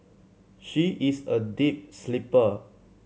she is a deep sleeper